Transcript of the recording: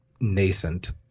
nascent